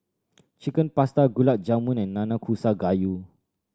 Chicken Pasta Gulab Jamun and Nanakusa Gayu